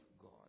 God